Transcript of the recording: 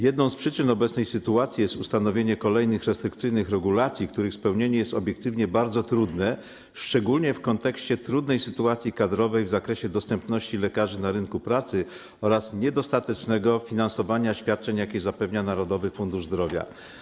Jedną z przyczyn obecnej sytuacji jest ustanowienie kolejnych restrykcyjnych regulacji, których spełnienie jest obiektywnie bardzo trudne, szczególnie w kontekście trudnej sytuacji kadrowej w zakresie dostępności lekarzy na rynku pracy oraz niedostatecznego finansowania świadczeń, jakie zapewnia Narodowy Fundusz Zdrowia.